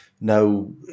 no